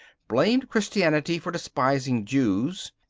blamed christianity for despising jews,